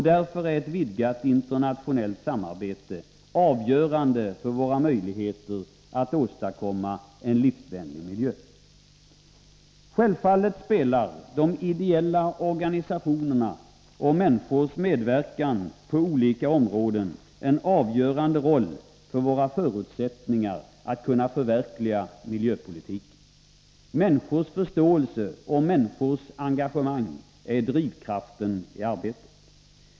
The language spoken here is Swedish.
Därför är ett vidgat internationellt samarbete avgörande för våra möjligheter att åstadkomma en livsvänlig miljö. Självfallet spelar de ideella organisationerna och människors medverkan på olika områden en avgörande roll för våra förutsättningar att kunna förverkliga miljöpolitiken. Människors förståelse och engagemang är drivkraften i arbetet.